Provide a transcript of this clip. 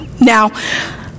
Now